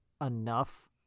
enough